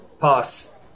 pass